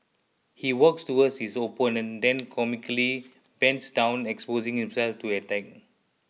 he walks towards his opponent then comically bends down exposing himself to attack